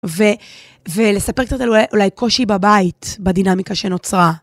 ולספר קצת אולי קושי בבית בדינמיקה שנוצרה.